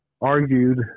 argued